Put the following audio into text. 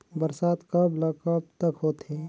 बरसात कब ल कब तक होथे?